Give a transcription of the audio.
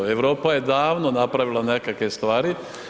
Europa je davno napravila nekakve stvari.